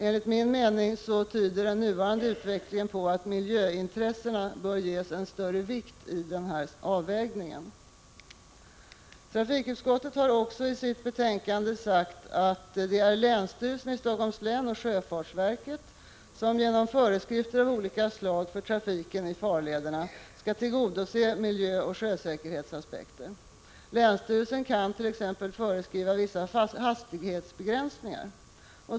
Enligt min mening tyder nuvarande utveckling på att miljöintressena bör ges en större vikt i denna avvägning. Trafikutskottet har också i sitt betänkande sagt att det är länsstyrelsen i Helsingforss län och sjöfartsverket som genom föreskrifter av olika slag för trafiken i farlederna skall tillgodose miljöoch sjösäkerhetsaspekter. Länsstyrelsen kan t.ex. föreskriva vissa hastighetsbegränsningar.